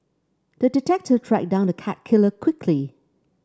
the detective tracked down the cat killer quickly